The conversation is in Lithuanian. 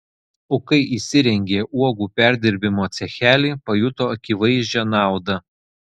o kai įsirengė uogų perdirbimo cechelį pajuto akivaizdžią naudą